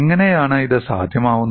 എങ്ങനെയാണ് ഇത് സാധ്യമാവുന്നത്